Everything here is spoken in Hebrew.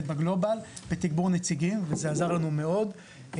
בגלובאל בתגבור נציגים וזה עזר לנו מאוד.